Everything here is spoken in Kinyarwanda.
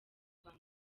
rwa